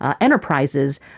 enterprises